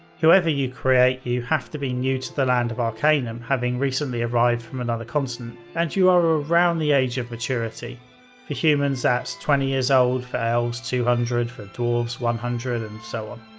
whoever you create, you have to be new to the land of arcanum, having recently arrived from another continent, and you are around the age of maturity. for humans, that's twenty years old, for elves two hundred, for dwarves one hundred, and so on.